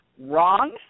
Wrong